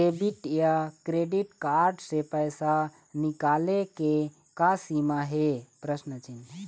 Debit या credit card से पैसा निकाले के का सीमा हे?